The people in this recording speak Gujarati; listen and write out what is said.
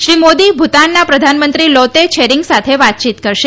શ્રી મોદી ભુતાનના પ્રધાનમંત્રી લોતે છેરીંગ સાથે વાતયીત કરશે